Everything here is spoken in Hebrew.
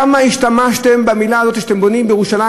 כמה השתמשתם במילה הזאת שאתם בונים בירושלים,